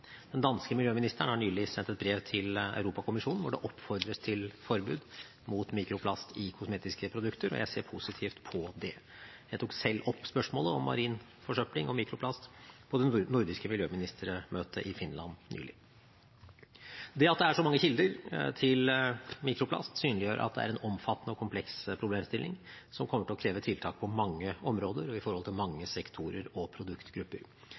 Den danske miljøministeren har nylig sendt et brev til Europakommisjonen hvor det oppfordres til et forbud mot mikroplast i kosmetiske produkter, og jeg ser positivt på det. Jeg tok selv opp spørsmålet om marin forsøpling og mikroplast på det nordiske miljøministermøtet i Finland nylig. Det at det er så mange kilder til mikroplastforurensning, synliggjør at det er en omfattende og kompleks problemstilling, som kommer til å kreve tiltak på mange områder og overfor mange sektorer og produktgrupper.